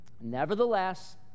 Nevertheless